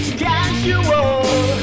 casual